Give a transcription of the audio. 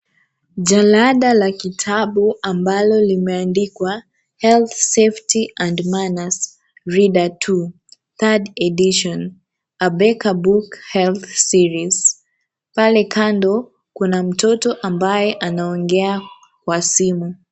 Jalada la kitabu ambalo limeandikwa Health, Safety and Manners, reader two, third edition . A beka book health series . Pale kando kuna mtoto ambaye anaongea kwa simu.